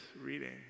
reading